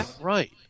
right